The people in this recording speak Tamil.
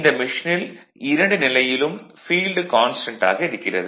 இந்த மெஷினில் இரண்டு நிலையிலும் ஃபீல்டு கான்ஸ்டன்ட் ஆக இருக்கிறது